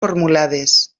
formulades